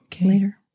later